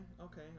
okay